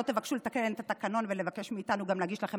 תבקשו לתקן את התקנון ולבקש מאיתנו גם להגיש לכם